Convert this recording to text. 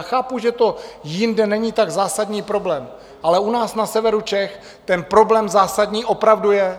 Chápu, že to jinde není tak zásadní problém, ale u nás na severu Čech ten problém zásadní opravdu je.